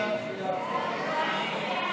חוק לתיקון פקודת בתי הסוהר (מס'